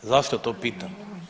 Zašto to pitam?